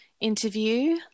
interview